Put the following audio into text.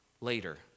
later